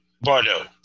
Bardo